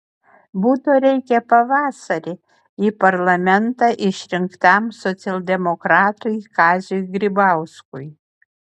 buto reikia pavasarį į parlamentą išrinktam socialdemokratui kaziui grybauskui